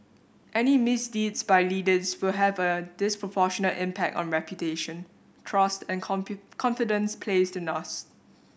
any misdeeds by leaders will have a disproportionate impact on reputation trust and confidence placed in us